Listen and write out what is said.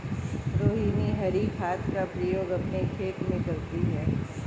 रोहिनी हरी खाद का प्रयोग अपने खेत में करती है